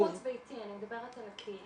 זה חוץ ביתי, אני מדברת על הקהילה.